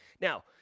Now